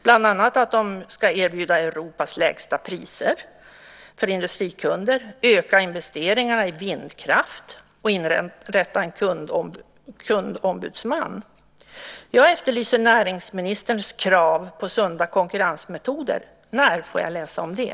Bland annat ska de erbjuda Europas lägsta priser för industrikunder, öka investeringarna i vindkraft och inrätta en kundombudsman. Jag efterlyser näringsministerns krav på sunda konkurrensmetoder. När får jag läsa om det?